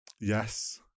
yes